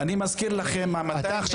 אני מזכיר לכם --- לא,